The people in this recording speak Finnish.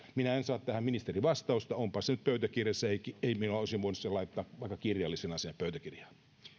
minä en saa tähän ministerin vastausta onpa se nyt pöytäkirjassa minä olisin voinut sen laittaa vaikka kirjallisena sinne pöytäkirjaan